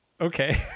Okay